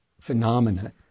phenomena